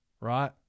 right